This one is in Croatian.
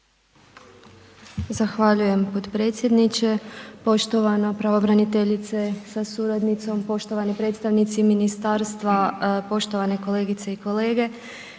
Zahvaljujem potpredsjedniče. Poštovana pravobraniteljice sa suradnicom, poštovani predstavnici ministarstva, poštovane kolegice i kolege.